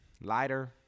Lighter